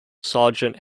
sergeant